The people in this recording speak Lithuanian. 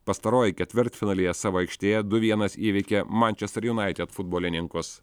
pastaroji ketvirtfinalyje savo aikštėje du vienas įveikė mančester junaited futbolininkus